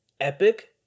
epic